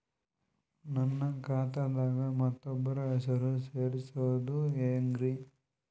ನನ್ನ ಖಾತಾ ದಾಗ ಮತ್ತೋಬ್ರ ಹೆಸರು ಸೆರಸದು ಹೆಂಗ್ರಿ?